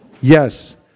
Yes